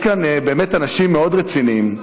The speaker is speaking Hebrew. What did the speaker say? יש כאן באמת אנשים מאוד רציניים.